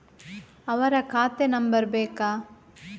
ಅವರ ಖಾತೆ ನಂಬರ್ ಬೇಕಾ?